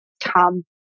come